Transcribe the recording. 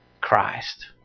Christ